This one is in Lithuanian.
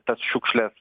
tas šiukšles